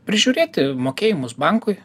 prižiūrėti mokėjimus bankui